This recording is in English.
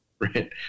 right